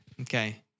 Okay